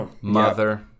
Mother